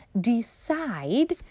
decide